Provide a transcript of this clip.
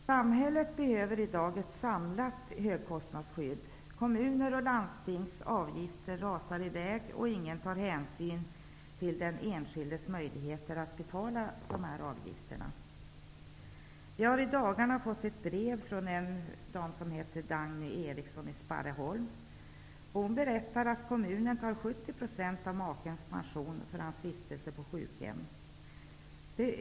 Samhället behöver i dag ett samlat högkostnadsskydd. Kommun och landstingsavgifter rasar i väg, och ingen tar hänsyn till den enskildes möjligheter att betala avgifterna. Vi har i dagarna fått ett brev från en dam som heter Dagny Eriksson i Sparreholm. Hon berättar att kommunen tar 70 % av makens pension för hans vistelse på sjukhem.